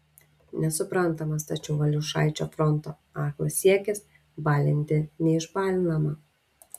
nesuprantamas tačiau valiušaičio fronto aklas siekis balinti neišbalinamą